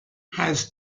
has